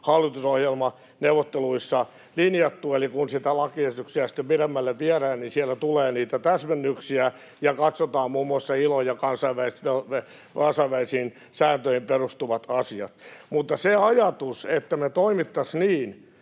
hallitusohjelmaneuvotteluissa linjattu. Eli kun sieltä lakiesityksiä sitten pidemmälle viedään, niin siellä tulee niitä täsmennyksiä ja katsotaan muun muassa ILOn ja kansainvälisiin sääntöihin perustuvat asiat. Mutta se ajatus, että me toimittaisiin niin,